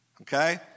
Okay